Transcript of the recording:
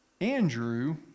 Andrew